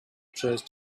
trust